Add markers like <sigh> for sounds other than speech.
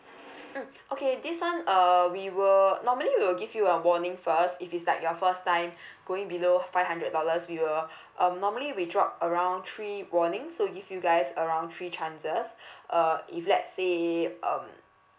mm okay this one uh we will normally we'll give you a warning first if it's like your first time <breath> going below five hundred dollars we'll <breath> um normally we drop around three warnings so give you guys around three chances <breath> uh if let's say um